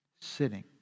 Sitting